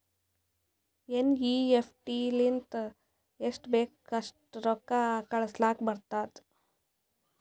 NEFT ಲಿಂತ ಎಸ್ಟ್ ಬೇಕ್ ಅಸ್ಟ್ ರೊಕ್ಕಾ ಕಳುಸ್ಲಾಕ್ ಬರ್ತುದ್